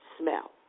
smell